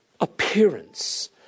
appearance